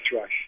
rush